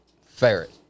ferret